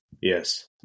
Yes